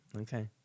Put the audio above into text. Okay